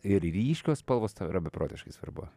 ir ryškios spalvos tau yra beprotiškai svarbu